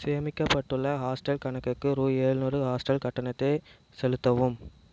சேமிக்கப்பட்டுள்ள ஹாஸ்டல் கணக்குக்கு ரூபா ஏழ்நூறு ஹாஸ்டல் கட்டணத்தைச் செலுத்தவும்